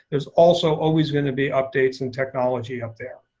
there's also always going to be updates in technology up there.